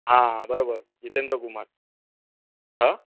हां बरोबर जितेंद्र कुमार हं